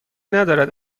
ندارد